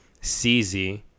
CZ